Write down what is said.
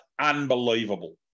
unbelievable